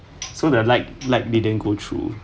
so the like like didn't go through